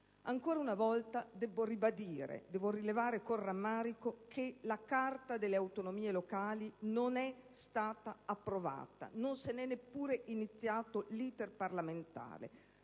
Ancora una volta devo ribadire e rilevare con rammarico che la Carta delle autonomie locali non è stata approvata. Non se n'è neppure iniziato l'*iter* parlamentare.